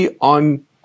on